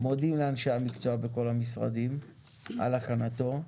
אנחנו מודים לאנשי המקצוע בכל המשרדים על הכנתו.